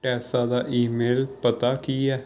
Tessa ਦਾ email ਪਤਾ ਕੀ ਹੈ